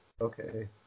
okay